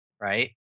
right